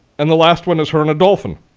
and the last one is her and a dolphin,